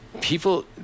people